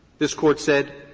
this court said,